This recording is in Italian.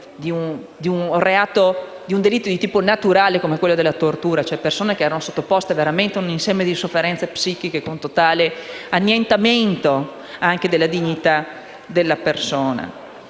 in un delitto di tipo naturale come la tortura. Le persone erano sottoposte a un insieme di sofferenze psichiche con totale annientamento della dignità della persona.